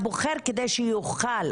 הבוחר או הבוחרת,